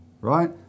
right